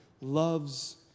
loves